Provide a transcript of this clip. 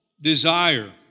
desire